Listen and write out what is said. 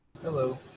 Hello